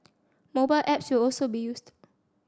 mobile apps will also be used